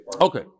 Okay